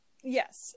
Yes